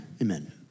amen